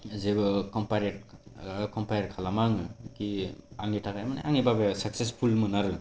जेबो compared compare खालामा आङो कि आंनि थाखाय माने आंनि बाबाया साकसेसफुलमोन आरो